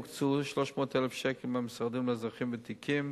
הוקצו 300,000 שקל מהמשרד לאזרחים ותיקים,